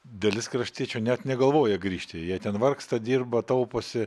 dalis kraštiečių net negalvoja grįžti jie ten vargsta dirba tauposi